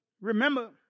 remember